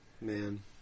Man